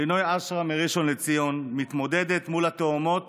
לינוי אשרם מראשון לציון מתמודדת מול התאומות